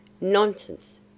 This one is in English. Nonsense